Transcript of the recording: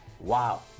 wow